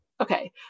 Okay